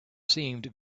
seemed